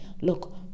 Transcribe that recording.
Look